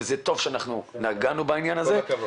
וטוב שנגענו בעניין הזה -- כל הכבוד.